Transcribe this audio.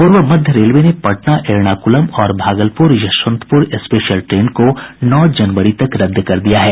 पूर्व मध्य रेलवे ने पटना एर्नाकुलम और भागलपुर यशवंतपुर स्पेशल ट्रेन को नौ जनवरी तक रद्द कर दिया गया है